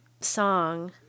song